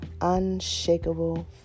Unshakable